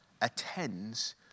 attends